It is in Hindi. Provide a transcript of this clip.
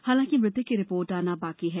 हालांकि मृतक की रिपोर्ट आना बाकी है